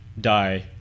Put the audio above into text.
die